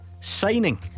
signing